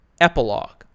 Epilogue